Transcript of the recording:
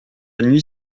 nuit